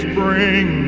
bring